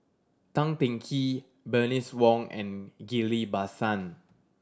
Tan Teng Kee Bernice Wong and Ghillie Basan